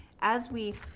as we